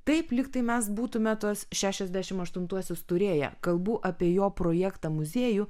taip lyg tai mes būtume tuos šešiasdešimt aštuntuosius turėję kalbų apie jo projektą muziejų